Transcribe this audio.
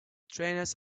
trainers